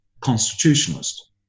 constitutionalist